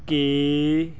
ਕੀ